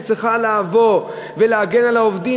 שצריכה לבוא ולהגן על העובדים,